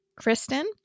Kristen